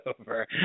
over